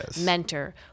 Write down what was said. mentor